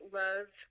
love